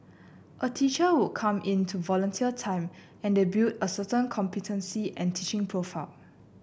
a teacher would come in to volunteer time and they build a certain competency and teaching profile